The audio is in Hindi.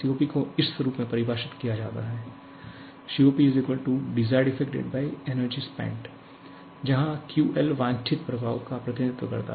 COP को इस रूप में परिभाषित किया गया है COP𝐷𝑒𝑠𝑖𝑟𝑒𝑑 𝑒𝑓𝑓𝑒𝑐𝑡Energy spent जहा QLवांछित प्रभाव का प्रतिनिधित्व करता है